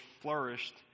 flourished